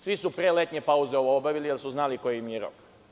Svi su pre letnje pauze ovo obavili, jer su znali koji im je rok.